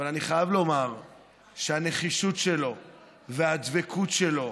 אבל אני חייב לומר שהנחישות שלו והדבקות שלו